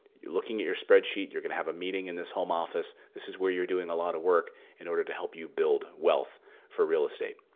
looking at your spreadsheet. you're going to have a meeting in this home office. this is where you're doing a lot of work in order to help you build wealth for real estate.